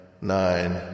nine